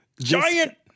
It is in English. giant